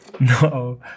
No